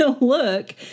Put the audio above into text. look